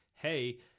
hey